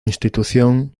institución